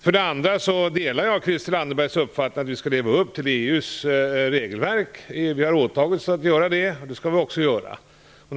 Jag delar Christel Anderbergs uppfattning att vi skall leva upp till EU:s regelverk. Vi har åtagit oss att göra det, och då skall vi också göra det.